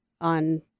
on